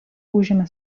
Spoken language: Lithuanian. užėmė